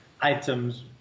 items